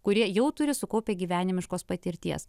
kurie jau turi sukaupę gyvenimiškos patirties